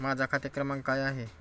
माझा खाते क्रमांक काय आहे?